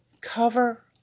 cover